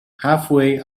halfway